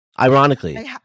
ironically